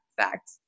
fact